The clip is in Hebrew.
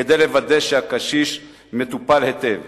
כדי לוודא שהקשיש מטופל היטב.